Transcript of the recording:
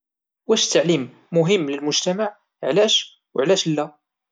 واش التعليم مهم للمجتمع، علاش وعلاش لا؟